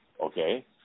okay